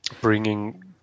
bringing